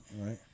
Right